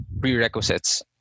prerequisites